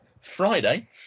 Friday